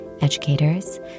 educators